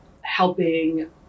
helping